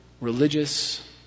religious